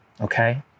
okay